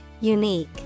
Unique